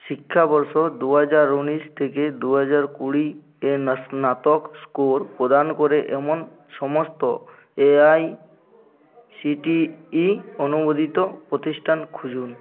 শিক্ষাবর্ষ দু হাজার উনিশ থেকে দু হাজার কুড়ি এ না স্নাতক স্কোর প্রদান করে এমন সমস্ত এআইসিটিই অনুমোদিত প্রতিষ্টান খুঁজুন